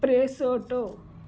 presto